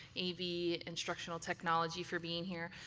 ab instructional technology for being here.